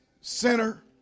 sinner